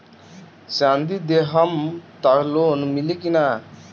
चाँदी देहम त लोन मिली की ना?